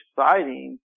exciting